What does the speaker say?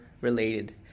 related